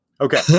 Okay